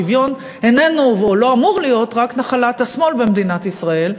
שוויון איננו והוא לא אמור להיות רק נחלת השמאל במדינת ישראל.